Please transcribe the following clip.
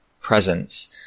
presence